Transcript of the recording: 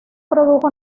produjo